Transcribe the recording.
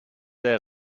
der